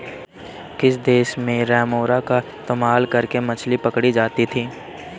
किस देश में रेमोरा का इस्तेमाल करके मछली पकड़ी जाती थी?